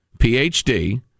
PhD